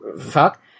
Fuck